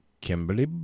Kimberly